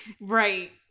Right